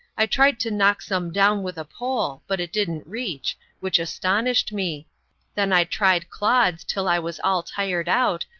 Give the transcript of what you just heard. i tried to knock some down with a pole, but it didn't reach, which astonished me then i tried clods till i was all tired out,